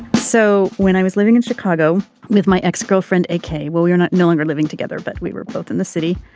so when i was living in chicago with my ex girlfriend. okay well you're not no longer living together but we were both in the city.